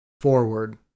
forward